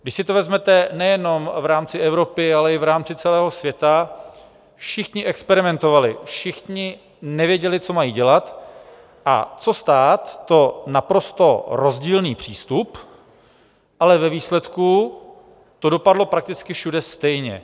Když si to vezmete nejenom v rámci Evropy, ale i v rámci celého světa, všichni experimentovali, všichni nevěděli, co mají dělat, a co stát, to naprosto rozdílný přístup, ale ve výsledku to dopadlo prakticky všude stejně.